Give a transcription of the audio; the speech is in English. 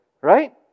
Right